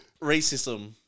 racism